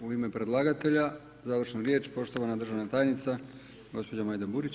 U ime predlagatelja završna riječ poštovana državna tajnica gospođa Majda Burić,